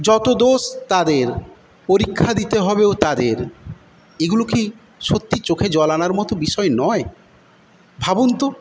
যত দোষ তাদের পরীক্ষা দিতে হবেও তাদের এগুলো কি সত্যি চোখে জল আনার মত বিষয় নয় ভাবুন তো